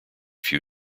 few